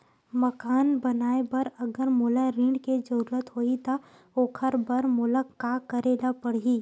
मकान बनाये बर अगर मोला ऋण के जरूरत होही त ओखर बर मोला का करे ल पड़हि?